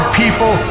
people